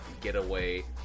getaway